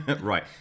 right